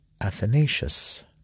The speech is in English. Athanasius